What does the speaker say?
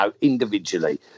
individually